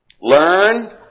Learn